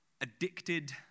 addicted